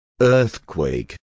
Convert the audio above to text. earthquake